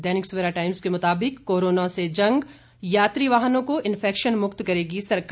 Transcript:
दैनिक Savera Times के मुताबिक corona से जंग यात्री वाहनों को इन्फैक्शन मुक्त करेगी सरकार